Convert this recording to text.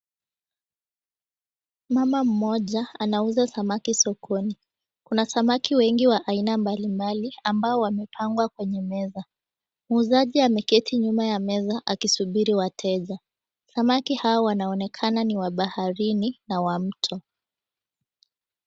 Mama mmoja anauza samaki sokoni kuna samaki wengi wa aina mbalimbali wamepangwa kwenye meza muuzaji ameketi nyuma ya meza akingoja wateja samaki hao wanaonekana niwabaharini na wa mto.